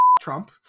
Trump